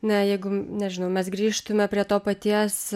na jeigu nežinau mes grįžtume prie to paties